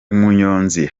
umunyonzi